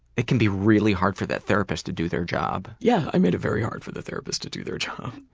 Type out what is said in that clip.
it can be really hard for that therapist to do their job. yeah, i made it very hard for the therapist to do their job.